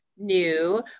new